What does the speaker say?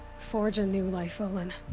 forge a new life, olin.